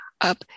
up